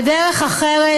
בדרך אחרת,